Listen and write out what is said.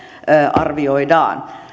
arvioidaan